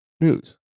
News